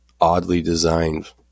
oddly-designed